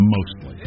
Mostly